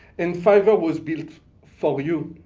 and fiverr was built for you.